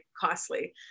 costly